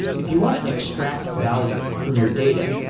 if you want to extract value from your data,